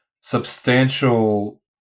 substantial